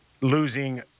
losing